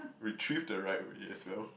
retrieve the right way as well